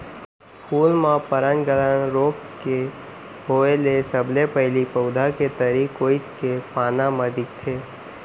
फूल म पर्नगलन रोग के होय ले सबले पहिली पउधा के तरी कोइत के पाना म दिखथे